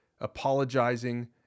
apologizing